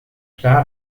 clara